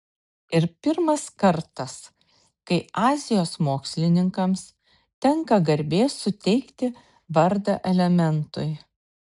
ir pirmas kartas kai azijos mokslininkams tenka garbė suteikti vardą elementui